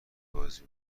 بازی